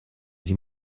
sie